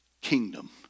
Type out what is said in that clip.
kingdom